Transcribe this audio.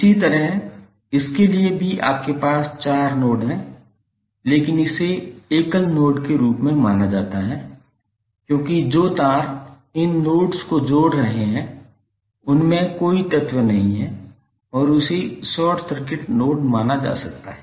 इसी तरह इसके लिए भी आपके पास चार नोड हैं लेकिन इसे एकल नोड के रूप में माना जाता है क्योंकि जो तार इन नोड्स को जोड़ रहे हैं उनमें कोई तत्व नहीं हैं और इसे शॉर्ट सर्किट नोड माना जा सकता है